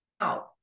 Now